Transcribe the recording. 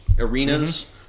arenas